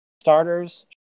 starters